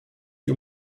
die